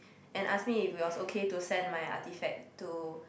and ask me if it was okay to send my artifact to